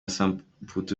samputu